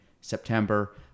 September